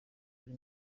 ari